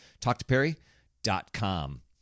TalkToPerry.com